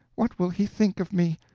what will he think of me!